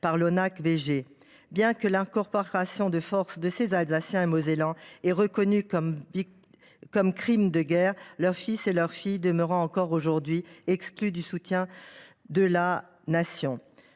par l’ONACVG. En effet, bien que l’incorporation de force de ces Alsaciens et Mosellans ait été reconnue comme crime de guerre, leurs fils et leurs filles sont encore aujourd’hui exclus du soutien de la Nation.